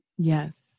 Yes